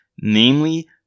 namely